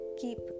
keep